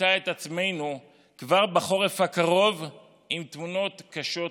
נמצא את עצמנו כבר בחורף הקרוב עם תמונות קשות מאוד.